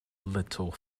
little